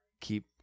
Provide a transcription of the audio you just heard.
keep